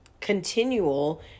continual